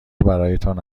برایتان